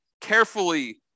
carefully